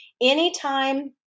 anytime